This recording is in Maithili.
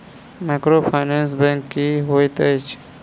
माइक्रोफाइनेंस बैंक की होइत अछि?